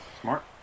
smart